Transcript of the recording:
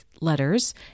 letters